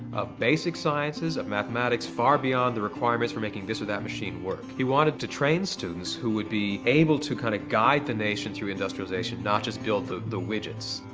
of basic sciences, of mathematics far beyond the requirements for making this or that machine work. he wanted to train students who would be able to kind of guide the nation through industrialization, not just build the the widgets.